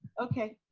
okay.